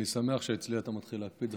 אני שמח שאצלי אתה מתחיל להקפיד.